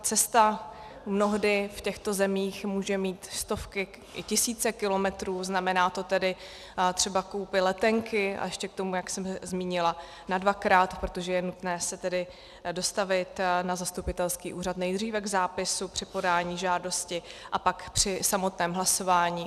Cesta mnohdy v těchto zemích může mít stovky i tisíce kilometrů, znamená to tedy třeba koupi letenky a ještě k tomu, jak jsem zmínila, nadvakrát, protože je nutné se tedy dostavit na zastupitelský úřad nejdříve k zápisu při podání žádosti a pak při samotném hlasování.